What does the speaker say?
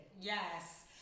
yes